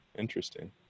Interesting